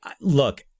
look